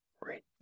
Rich